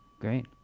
great